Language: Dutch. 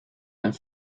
een